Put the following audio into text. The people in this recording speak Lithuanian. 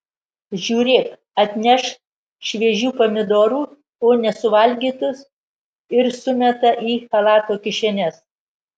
žiūrėk atneš šviežių pomidorų o nesuvalgytus ir sumeta į chalato kišenes